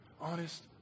honest